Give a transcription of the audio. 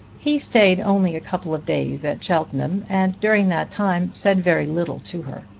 he stayed only a couple of days at cheltenham and during that time said very little to her.